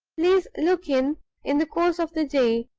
please look in in the course of the day,